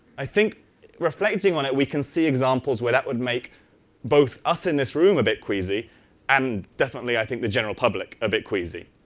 i think we're reflecting on it, we can see examples where that would make both us in this room a bit queasy and definitely i think the general public a bit queasy.